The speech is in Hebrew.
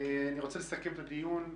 אני רוצה לסכם את הדיון.